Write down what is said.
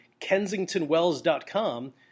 kensingtonwells.com